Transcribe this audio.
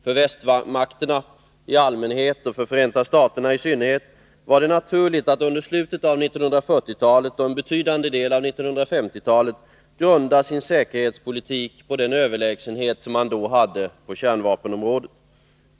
För västmakterna i allmänhet och för Förenta staterna i synnerhet var det naturligt att under slutet av 1940-talet och en betydande del av 1950-talet grunda sin säkerhetspolitik på den överlägsenhet som man då hade på kärnvapenområdet.